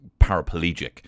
paraplegic